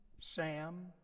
Sam